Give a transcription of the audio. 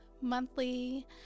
monthly